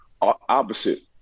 opposite